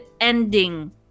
ending